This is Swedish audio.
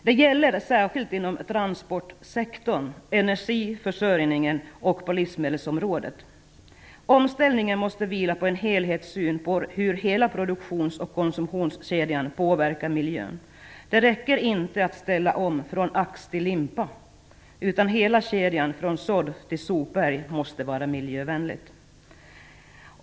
Det gäller särskilt inom transportsektorn, inom energiförsörjningen och på livsmedelsområdet. Omställningen måste vila på en helhetssyn på hur hela produktions och konsumtionskedjan påverkar miljön. Det räcker inte med att ställa om från ax till limpa, utan hela kedjan - från sådd till sopberg - måste vara miljövänlig.